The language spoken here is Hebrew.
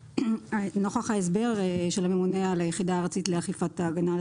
נוכח ההסבר של הממונה על היחידה הארצית לאכיפת הגנה על